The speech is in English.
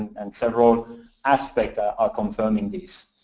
and several aspects are are confirming this.